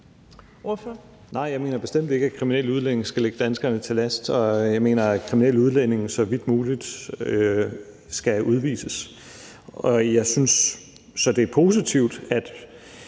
jeg mener bestemt ikke, at kriminelle udlændinge skal ligge danskerne til last. Jeg mener, at kriminelle udlændinge så vidt muligt skal udvises. Så det er positivt, at